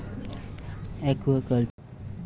aquaculture করবার ফলে হামরা ম্যালা প্রাকৃতিক সম্পদ পাই